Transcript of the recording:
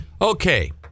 Okay